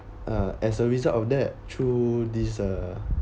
uh as a result of that through this uh